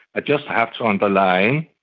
i just have to underline,